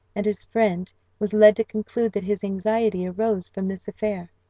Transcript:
and his friend was led to conclude that his anxiety arose from this affair.